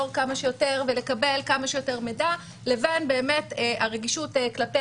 כמה שיותר ולקבל כמה שיותר מידע לבין הרגישות כלפי